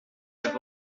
faire